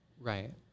Right